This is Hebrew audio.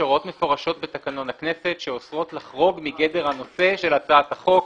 יש הוראות מפורשות בתקנון הכנסת שאוסרות לחרוג מגדר הנושא של הצעת החוק.